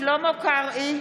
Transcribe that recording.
שלמה קרעי,